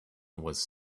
was